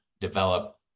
develop